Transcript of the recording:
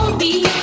the